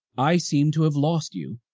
i seem to have lost you,